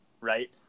Right